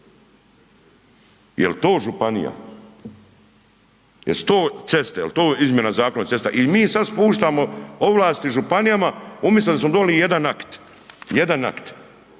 Jel to županija? Jesu to ceste? Jel to izmjena Zakon o cestama i mi sad spuštamo ovlasti županijama umjesto da smo donijeli jedan akt, jedan akt.